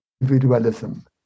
individualism